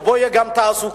שבו תהיה גם תעסוקה,